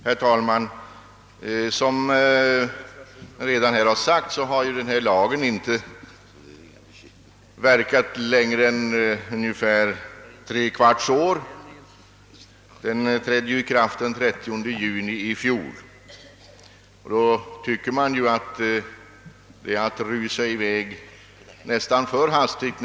Herr talman! Som här redan har sagts har denna lag inte verkat längre än tre kvarts år. Att nu kräva en skyndsam utredning och en översyn av lagen är enligt min mening att rusa i väg för hastigt.